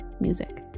Music